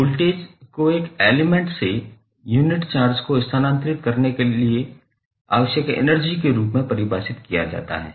voltage को एक element से यूनिट चार्ज को स्थानांतरित करने के लिए आवश्यक एनर्जी के रूप में परिभाषित किया जाता है